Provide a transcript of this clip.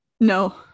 No